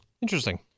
Interesting